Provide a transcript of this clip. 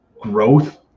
growth